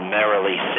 Merrily